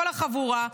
כל החבורה,